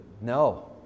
No